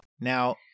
Now